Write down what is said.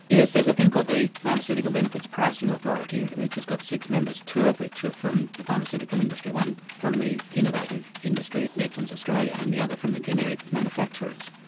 yes, there's a thing called the pharmaceutical benefits pricing authority which has got six members, two of which are from the pharmaceutical industry, one from the innovative industry, medicines australia, and the other from the generic manufacturers.